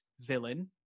villain